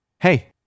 hey